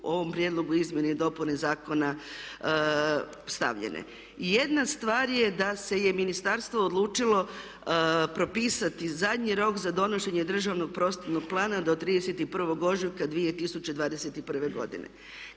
u ovom Prijedlogu izmjene i dopune Zakona stavljene. Jedna stvar je da se je ministarstvo odlučilo propisati zadnji rok za donošenje državnog prostornog plana do 31. ožujka 2021. godine.